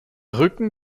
rücken